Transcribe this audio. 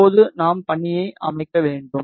இப்போது நாம் பணியை அமைக்க வேண்டும்